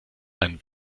einen